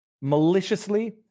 maliciously